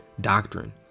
doctrine